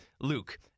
Luke